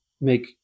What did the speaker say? make